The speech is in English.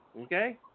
Okay